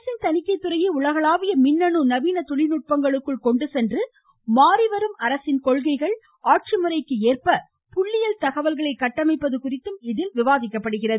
அரசின் தணிக்கைத் துறையை உலகளாவிய மின்னனு நவீன தொழில் நுட்பங்களுக்குள் கொண்டு சென்று மாறிவரும் அரசின் கொள்கைகள் மற்றும் ஆட்சிமுறைக்கு ஏற்ப புள்ளியியல் தகவல்களைச் கட்டமைப்பது குறித்தும் இதில் விவாதிக்கப்படுகிறது